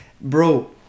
Bro